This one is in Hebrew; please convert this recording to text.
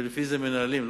ולפי זה מנהלים.